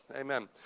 amen